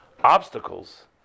obstacles